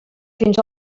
fins